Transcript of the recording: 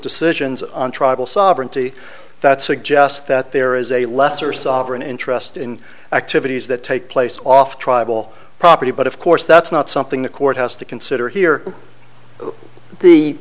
decisions on tribal sovereignty that suggest that there is a lesser sovereign interest in activities that take place off tribal property but of course that's not something the court house to consider here the